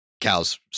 Cows